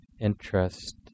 interest